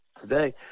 Today